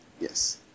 Yes